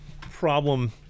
problem